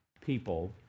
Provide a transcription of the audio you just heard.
people